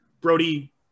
Brody